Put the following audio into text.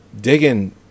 digging